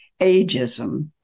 ageism